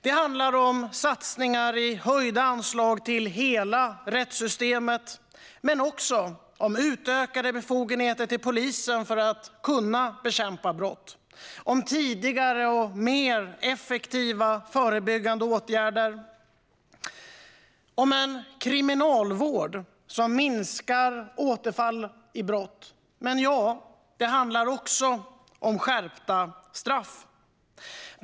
Det handlar om satsningar i höjda anslag till hela rättssystemet men också om utökade befogenheter till polisen för att kunna bekämpa brott. Det handlar om tidigare och mer effektiva förebyggande åtgärder. Det handlar om en kriminalvård som minskar återfall i brott. Det handlar också om skärpta straff.